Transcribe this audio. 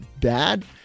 bad